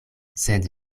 sed